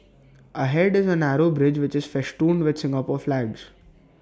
ahead is A narrow bridge which is festooned with Singapore flags